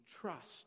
trust